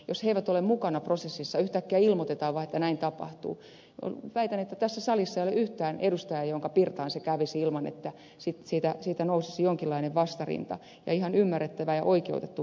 jos he eivät ole mukana prosessissa ja yhtäkkiä ilmoitetaan vaan että näin tapahtuu väitän että tässä salissa ei ole yhtään edustajaa jonka pirtaan vastaava kävisi ilman että siitä nousisi jonkinlainen vastarinta ja ihan ymmärrettävä ja oikeutettu vastarinta